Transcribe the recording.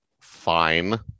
fine